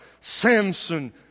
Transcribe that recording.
Samson